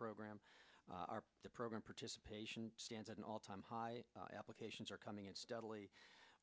program the program participation stands at an all time high applications are coming in steadily